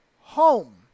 home